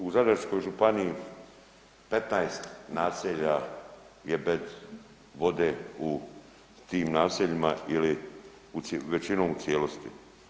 U Zadarskoj županiji 15 naselja je bez vode u tim naseljima ili većinom u cijelosti.